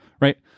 Right